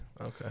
okay